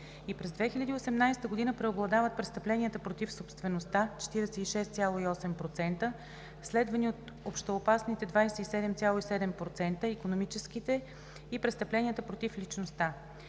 И през 2018 г. преобладават престъпленията против собствеността – 46,8%, следвани от общоопасните – 27,7%, икономическите и престъпленията против личността.